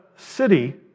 city